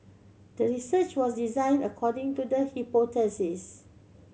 the research was designed according to the hypothesis